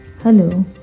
Hello